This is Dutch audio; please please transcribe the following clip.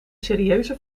serieuze